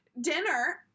dinner